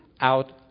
out